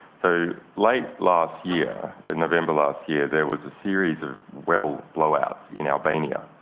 so late last year in november last year there was a series of well blowouts in albania,